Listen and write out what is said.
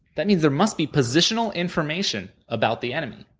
that means there must be positional information about the enemy.